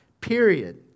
period